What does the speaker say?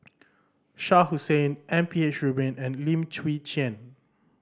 Shah Hussain M P H Rubin and Lim Chwee Chian